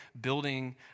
building